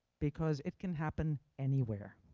because it can happen anywhere.